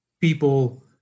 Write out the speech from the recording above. people